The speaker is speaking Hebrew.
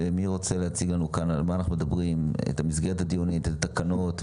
מי יציג לנו את מסגרת הדיון ואת התקנות?